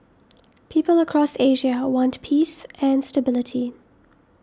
people across Asia want peace and stability